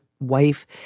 wife